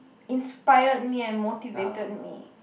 inspired me and motivated me